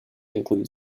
include